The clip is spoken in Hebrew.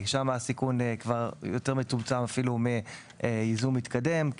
שם הסיכון הוא כבר אפילו מצומצם יותר מייזום מתקדם,